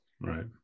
Right